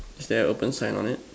is there an open sign on it